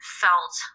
felt